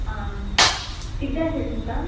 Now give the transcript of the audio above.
आं कितें जाय आशिल्लें तुमकां